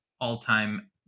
all-time